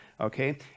Okay